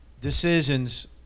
decisions